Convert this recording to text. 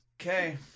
Okay